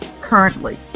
currently